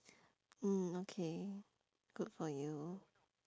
mm okay good for you